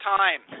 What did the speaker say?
time